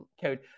code